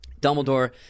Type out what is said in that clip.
Dumbledore